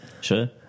Sure